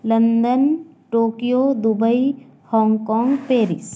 London Tokyo Dubai Hong Kong Paris